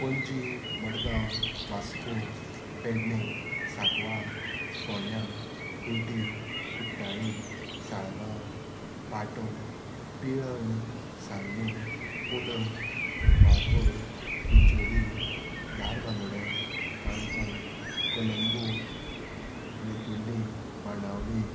पणजी मडगांव वास्को पेडणे साकवाळ फोण्या कुर्टी कुट्टाळी साळगांव पाटो पिळण सांगे कुंडय वाळपय बिचोली दारबांदोड्यां काणकोण कलंगूट नेतुली बाणावली